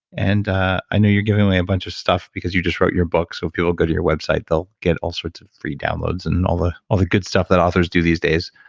and ah i know you're giving away a bunch of stuff because you just wrote your book, so if people go to your website they'll get all sorts of free downloads and all the all the good stuff that authors do these days,